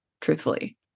Truthfully